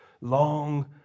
long